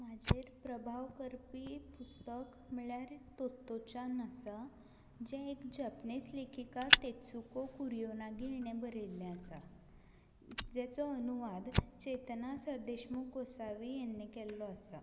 म्हजेर प्रभाव करपी पुस्तक म्हणल्यार तोर्त्तोचान आसा जें एक जपनीस लेखिका तेचुको कुर्योनागी हिणें बरयल्लें आसा जाचो अनुवाद चेतना सरदेशमूख कोसावी हिणें केल्लो आसा